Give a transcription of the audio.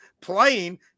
playing